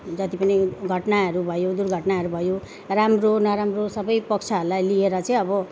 जति पनि घटनाहरू भयो दुर्घटनाहरू भयो राम्रो नराम्रो सबै पक्षहरूलाई लिएर चाहिँ अब